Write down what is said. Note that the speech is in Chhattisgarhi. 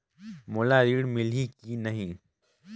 मोला ऋण मिलही की नहीं?